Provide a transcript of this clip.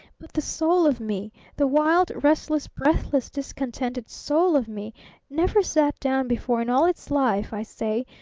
but the soul of me the wild, restless, breathless, discontented soul of me never sat down before in all its life i say,